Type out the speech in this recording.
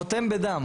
הוא חותם בדם.